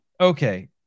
Okay